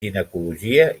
ginecologia